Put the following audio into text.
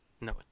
No